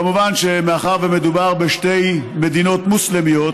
כמובן שמאחר שמדובר בשתי מדינות מוסלמיות,